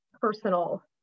personal